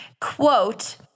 Quote